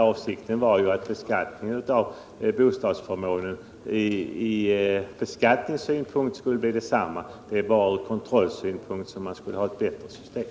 Avsikten var ju att bostadsförmånens värde ur beskattningssynpunkt skulle bli detsamma, men ur kontrollsynpunkt skulle det blir ett bättre system.